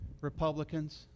Republicans